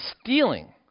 stealing